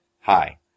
Hi